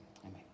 Amen